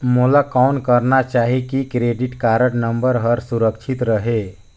मोला कौन करना चाही की क्रेडिट कारड नम्बर हर सुरक्षित रहे?